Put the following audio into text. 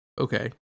Okay